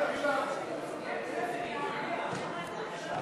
ההסתייגויות לסעיף 36,